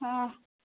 ହଁ